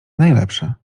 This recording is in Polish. najlepsze